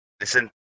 listen